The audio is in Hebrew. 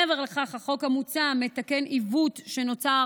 מעבר לכך, החוק המוצע מתקן עיוות שנוצר